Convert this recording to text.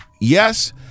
Yes